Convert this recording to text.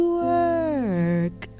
work